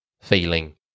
feeling